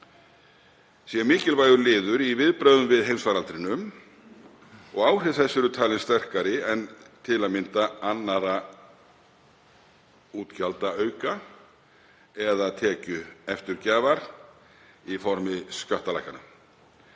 sé mikilvægur liður í viðbrögðum við heimsfaraldrinum og áhrif þess eru talin sterkari en til að mynda annarra útgjaldaauka eða tekjueftirgjafar í formi skattalækkana.